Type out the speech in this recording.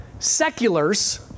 Seculars